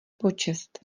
počest